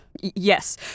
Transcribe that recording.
Yes